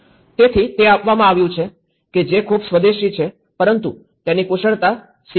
તેથી તે આપવામાં આવ્યું છે કે જે ખૂબ સ્વદેશી છે પરંતુ તેની કુશળતા શીખવી પડશે